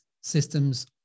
systems